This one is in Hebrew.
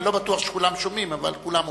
אני לא בטוח שכולם שומעים, אבל כולם אומרים.